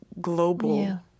global